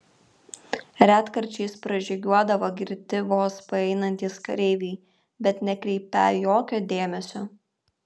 retkarčiais pražygiuodavo girti vos paeinantys kareiviai bet nekreipią jokio dėmesio